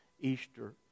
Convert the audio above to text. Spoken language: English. Easter